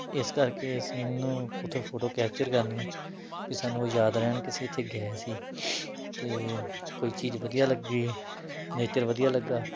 ਇਸ ਕਰਕੇ ਅਸੀਂ ਇਹਨੂੰ ਉੱਥੇ ਫੋਟੋ ਕੈਪਚਰ ਕਰਨੀਆਂ ਵੀ ਸਾਨੂੰ ਯਾਦ ਰਹਿਣ ਕਿ ਅਸੀਂ ਇੱਥੇ ਗਏ ਸੀ ਅਤੇ ਕੋਈ ਚੀਜ਼ ਵਧੀਆ ਲੱਗੀ ਨੇਚਰ ਵਧੀਆ ਲੱਗਾ